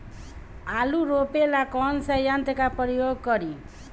आलू रोपे ला कौन सा यंत्र का प्रयोग करी?